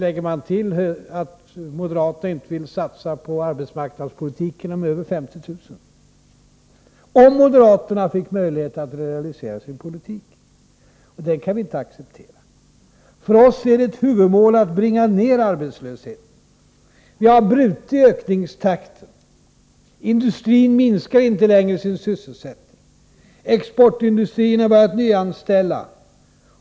Lägger man till att moderaterna inte vill satsa på arbetsmarknadspolitik skulle antalet arbetslösa bli över 50000, om moderaterna fick möjlighet att realisera sin politik. Det kan vi inte acceptera. För oss är det ett huvudmål att bringa ned arbetslösheten. Vi har brutit ökningstakten. Industrin minskar inte längre sin sysselsättning. Exportindustrierna har börjat nyanställa.